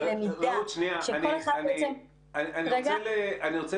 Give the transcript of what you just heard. של למידה שכל אחד בעצם --- אני רוצה